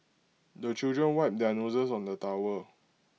the children wipe their noses on the towel